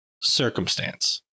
Circumstance